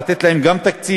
לתת גם להם תקציב,